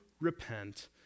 repent